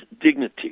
dignity